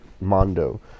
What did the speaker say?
mondo